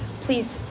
please